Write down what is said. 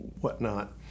whatnot